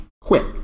quit